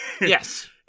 Yes